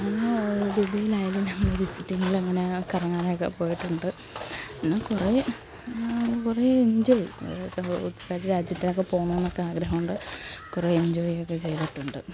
ദുബായിലായാലും ഞങ്ങൾ വിസിറ്റിലങ്ങനെ കറങ്ങാനൊക്കെ പോയിട്ടുണ്ട് അങ്ങനെ കുറെ കുറെ എൻജോയ് ഓരോ രാജ്യത്തിലൊക്കെ പോണംന്നൊക്കെ ആഗ്രഹമുണ്ട് കുറെ എൻജോയ്ക്കെ ചെയ്തിട്ടുണ്ട്